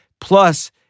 Plus